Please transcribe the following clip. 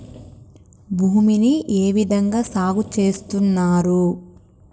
భూమిని ఏ విధంగా సాగు చేస్తున్నారు?